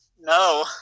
no